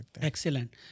Excellent